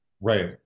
right